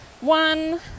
one